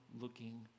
looking